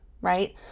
right